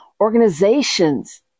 organizations